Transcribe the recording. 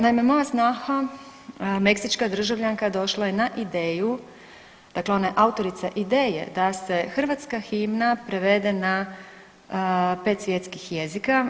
Naime, moja snaha meksička državljanka došla je na ideju, dakle ona je autorica ideje da se hrvatska himna prevede na 5 svjetskih jezika.